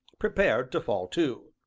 prepared to fall to.